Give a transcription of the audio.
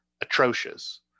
atrocious